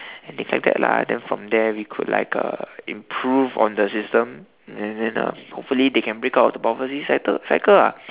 and things like that lah and then from there we could like uh improve on the system and then uh hopefully they can break out of the poverty cycle cycle lah